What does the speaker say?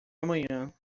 amanhã